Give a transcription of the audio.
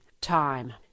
time